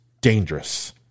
dangerous